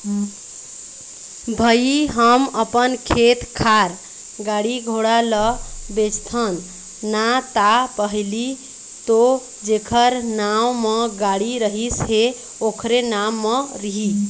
भई हम अपन खेत खार, गाड़ी घोड़ा ल बेचथन ना ता पहिली तो जेखर नांव म गाड़ी रहिस हे ओखरे नाम म रही